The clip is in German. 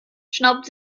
schnaubt